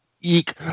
eek